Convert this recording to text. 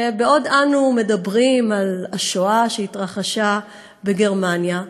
שבעוד אנו מדברים על השואה שהתרחשה בגרמניה,